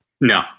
No